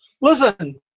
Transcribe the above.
Listen